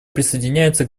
присоединяется